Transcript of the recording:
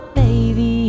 baby